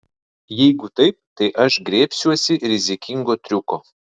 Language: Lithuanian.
jeigu taip tai aš griebsiuosi rizikingo triuko